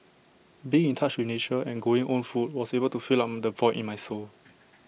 being in touch with nature and growing own food was able to fill up the void in my soul